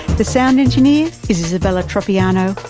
the sound engineer is isabella tropiano.